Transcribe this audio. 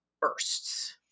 bursts